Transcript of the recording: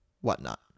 whatnot